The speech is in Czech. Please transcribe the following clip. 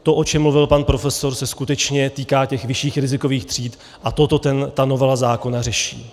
To, o čem mluvil pan profesor, se skutečně týká těch vyšších rizikových tříd a toto ta novela zákona řeší.